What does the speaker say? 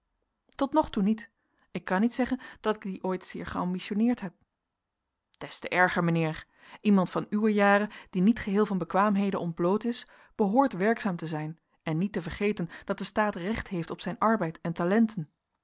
tot nog toe niet ik kan niet zeggen dat ik die ooit zeer geambitionneerd heb des te erger mijnheer iemand van uwe jaren die niet geheel van bekwaamheden ontbloot is behoort werkzaam te zijn en niet te vergeten dat de staat recht heeft op zijn arbeid en talenten